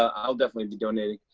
i will definitely be donating.